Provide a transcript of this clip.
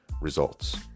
results